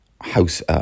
house